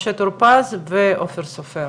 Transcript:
משה טור פז ואופיר סופר.